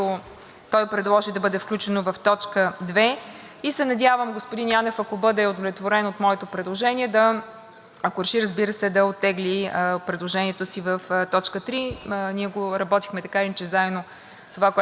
ако реши, разбира се, да оттегли предложението си в точка три. Ние го работихме така или иначе заедно – това, което ще направя в момента, и с него, и с представители на парламентарната група на „Демократична България“. То е следното: точка